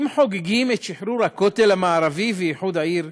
אם חוגגים את שחרור הכותל המערבי ואיחוד העיר,